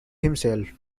himself